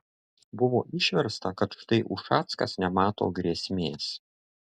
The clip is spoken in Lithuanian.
buvo išversta kad štai ušackas nemato grėsmės